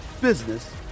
business